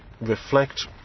reflect